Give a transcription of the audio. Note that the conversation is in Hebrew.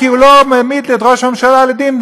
כי הוא לא מעמיד את ראש הממשלה לדין,